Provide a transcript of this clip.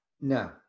No